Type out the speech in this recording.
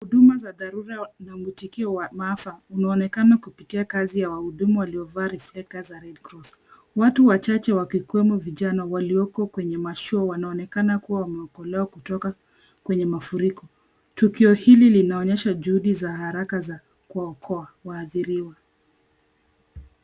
Huduma za dharura na mwitikio wa maafa, unaoonekana kupitia kazi ya wahudumu waliovaa reflector za Red cross . Watu wachache wakikuwemo vijana walioko kwenye mashua wanaonekana kuwa wameokolewa kutoka kwenye mafuriko. Tukio hili linaonyesha juhudi za haraka za kuwaokoa waadhiriwa.